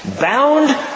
bound